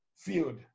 field